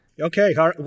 Okay